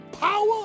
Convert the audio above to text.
power